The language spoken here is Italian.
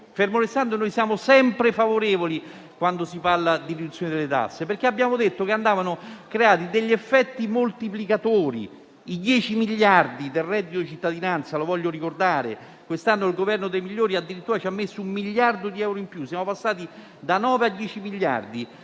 Fermo restando che noi siamo sempre favorevoli quando si parla di riduzione delle tasse, abbiamo detto che andavano creati degli effetti moltiplicatori. Vi sono i 10 miliardi del reddito cittadinanza (lo voglio ricordare, perché quest'anno il Governo dei migliori ci ha messo addirittura un miliardo di euro in più e siamo passati da 9 a 10 miliardi),